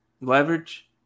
Leverage